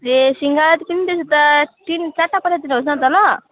ए सिङ्गडा चाहिँ त्यसो त तिन चारवटा पठाइदिनु होस् न त ल